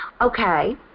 Okay